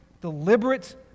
deliberate